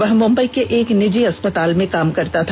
वह मुंबई के एक निजी हॉस्पिटल में काम करता था